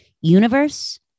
Universe